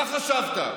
מה חשבת,